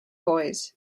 boys